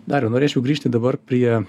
dariau norėčiau grįžti dabar prie